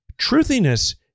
truthiness